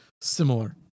similar